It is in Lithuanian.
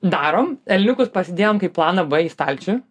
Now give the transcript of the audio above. darom elniukus pasidėjom kaip planą b į stalčių